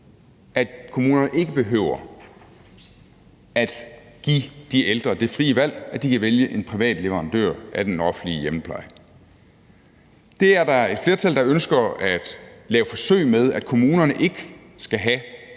at kommunerne ikke behøver at give de ældre det frie valg, at de kan vælge en privat leverandør af den offentlige hjemmepleje. Det er der et flertal der ønsker at lave forsøg med, altså at kommunerne ikke skal have